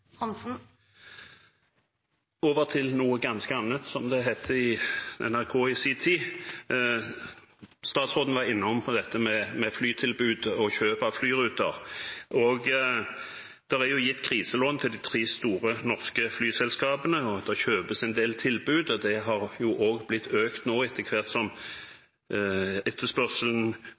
Over til noe ganske annet, som det het i NRK i sin tid. Statsråden var innom dette med flytilbud og kjøp av flyruter. Det er gitt kriselån til de tre store norske flyselskapene, det kjøpes en del tilbud, og det har også økt nå etter hvert som